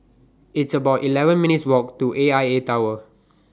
It's about eleven minutes' Walk to A I A Tower